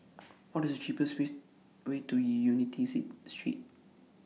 What IS The cheapest ways Way to E Unity Say Street